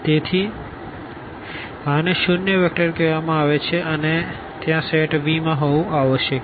તેથી આને શૂન્ય વેક્ટર કહેવામાં આવે છે અને આ ત્યાં સેટ V માં હોવું આવશ્યક છે